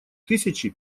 тысячи